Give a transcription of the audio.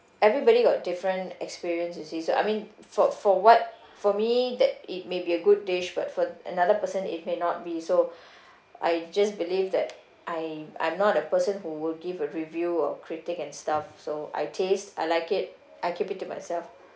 everybody got different experience you see I mean for for what for me that it may be a good dish but for another person it may not be so I just believe that I I'm not a person who will give a review a critique and stuff so I taste I like it I keep it to myself